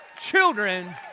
children